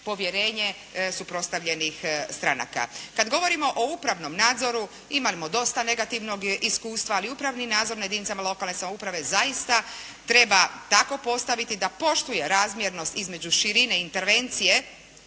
povjerenje suprostavljenih stranaka. Kada govorimo o upravnom nadzoru, imamo dosta negativnog iskustva, ali upravni nadzor nad jedinicama lokalne samouprave zaista treba tako postaviti da poštuje razmjernost između širine intervencije